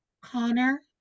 Connor